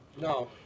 No